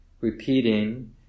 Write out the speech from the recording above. repeating